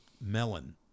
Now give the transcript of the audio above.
melon